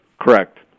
Correct